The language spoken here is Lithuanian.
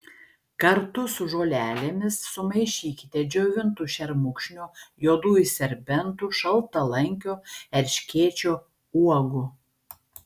kartu su žolelėmis sumaišykite džiovintų šermukšnio juodųjų serbentų šaltalankio erškėčio uogų